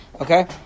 Okay